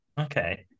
Okay